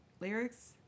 lyrics